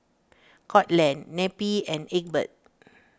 Courtland Neppie and Egbert